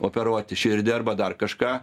operuoti širdį arba dar kažką